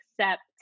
accept